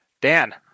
Dan